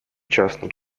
частным